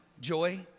joy